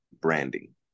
branding